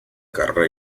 carrera